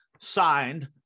Signed